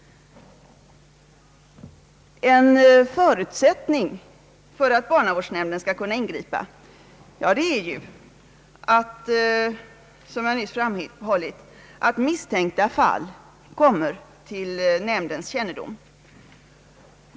En förutsättning för att barnavårdsnämnden skall kunna ingripa är, som jag nyss framhållit, att misstänkta fall kommer till nämndens kännedom.